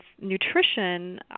nutrition